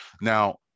now